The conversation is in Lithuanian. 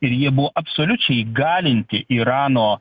ir jie buvo absoliučiai įgalinti irano